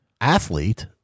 athlete